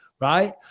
right